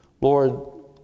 Lord